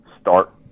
start